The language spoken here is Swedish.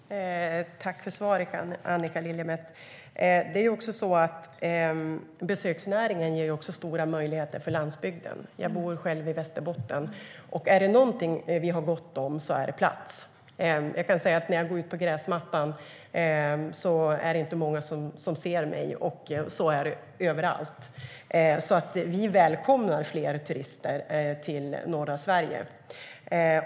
STYLEREF Kantrubrik \* MERGEFORMAT Riksrevisionens rapport om effektivitet i exportgarantisystemetBesöksnäringen ger också landsbygden stora möjligheter. Jag bor i Västerbotten, och om det är något som vi har gott om så är det plats. När jag går ut på gräsmattan är det inte många som ser mig, och så är det överallt. Vi välkomnar alltså fler turister till norra Sverige.